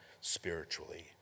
spiritually